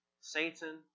Satan